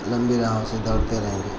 लम्बी राहों से दौड़ते रहेंगे